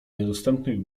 niedostępnych